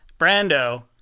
Brando